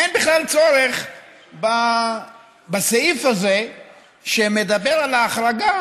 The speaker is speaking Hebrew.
אין בכלל צורך בסעיף הזה שמדבר על ההחרגה,